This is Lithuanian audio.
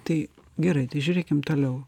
tai gerai tai žiūrėkim toliau